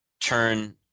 turn